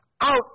out